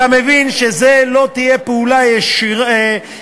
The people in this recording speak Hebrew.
אתה מבין שזו לא תהיה פעולה שתוכל